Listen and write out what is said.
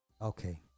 Okay